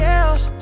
else